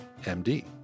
MD